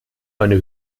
eine